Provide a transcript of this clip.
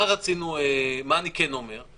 מה אני כן אומר?